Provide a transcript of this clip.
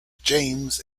james